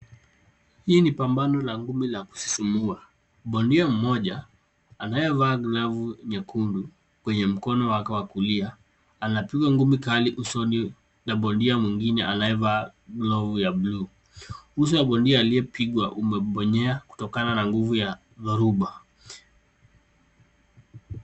Hii ni pambano la ngumi la kusisimua. Bondia mmoja, anayevaa glovu nyekundu kwenye mkono wake wa kulia, anapigwa ngumi kali usoni na bondia mwingine anayevaa glovu ya bluu. Uso wa bondia aliyepigwa umebonyea kutokana na nguvu ya dhoruba.